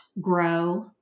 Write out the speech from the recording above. grow